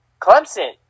Clemson